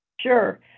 Sure